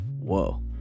whoa